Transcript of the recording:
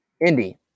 Indy